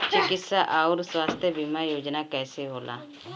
चिकित्सा आऊर स्वास्थ्य बीमा योजना कैसे होला?